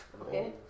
Okay